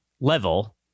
level